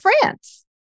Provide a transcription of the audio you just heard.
France